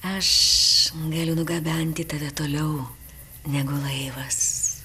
aš galiu nugabenti tave toliau negu laivas